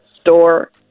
store